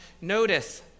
notice